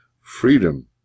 freedom